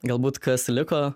galbūt kas liko